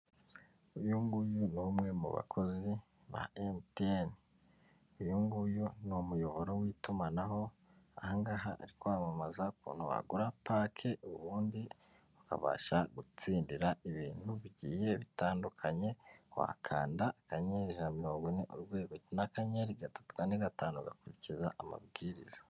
Uyu nguyu ni umwe mu bakozi ba MTN. Uyu nguyu ni umuyoboro w'itumanaho, aha ngaha ari kwamamaza ukuntu wagura pake ubundi ukabasha gutsindira ibintu bigiye bitandukanye, wakanda akanyenyeri, ijana na mirongo ine, urwego, n'akanyenyeri, gatatu, kane, gatanu, ugakurikiza amabwiriza.